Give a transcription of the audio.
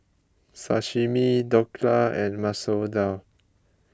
Sashimi Dhokla and Masoor Dal